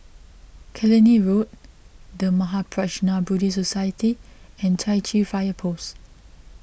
Killiney Road the Mahaprajna Buddhist Society and Chai Chee Fire Post